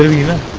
unit